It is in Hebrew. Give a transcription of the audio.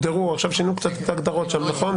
עכשיו שינו שם את ההגדרות שם, נכון?